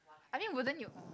I mean wouldn't you